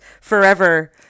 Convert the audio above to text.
forever